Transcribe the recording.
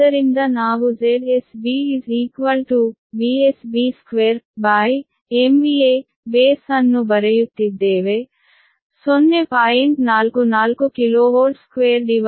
ಆದ್ದರಿಂದ ನಾವು ZsB VsB2MVAbase base ಅನ್ನು ಬರೆಯುತ್ತಿದ್ದೇವೆ 0